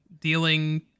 dealing